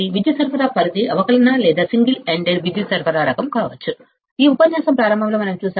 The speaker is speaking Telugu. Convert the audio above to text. విద్యుత్ సరఫరా రేంజ్ అవకలన లేదా సింగిల్ ఎండెడ్ విద్యుత్ సరఫరా రకం కావచ్చు ఈ ఉపన్యాసం ప్రారంభంలో మనం చూశాము